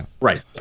Right